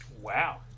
Wow